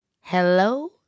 Hello